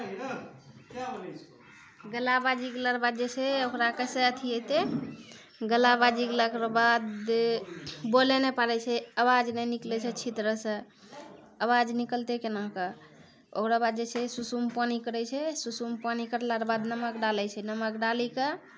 गला बाझि गेला रऽ बाद जे छै ओकरा कइसे अथी हेतै गला बाझि गेलाके बाद बोलै नहि पाड़ै छै आवाज नहि निकलै छै अच्छी तरहसँ आवाज निकलतै कोनाकऽ ओकराबाद जे छै सुसुम पानी करै छै सुसुम पानी करला रऽ बाद नमक डालै छै नमक डालिकऽ